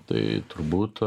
tai turbūt